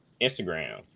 Instagram